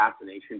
assassination